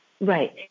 Right